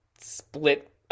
split